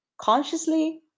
consciously